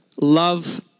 love